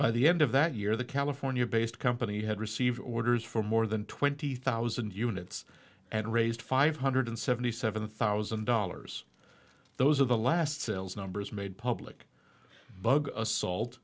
by the end of that year the california based company had received orders for more than twenty thousand units and raised five hundred seventy seven thousand dollars those are the last sales numbers made public bug assault